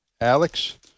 Alex